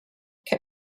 can